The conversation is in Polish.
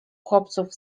chłopców